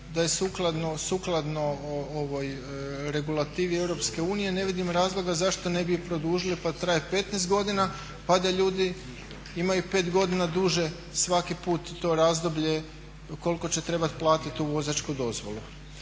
da je sukladno Regulativi Europske unije ne vidim razloga zašto ne bi je produžili pa traje 15 godina pa da ljudi imaju 5 godina duže svaki put to razdoblje koliko će trebati platiti tu vozačku dozvolu.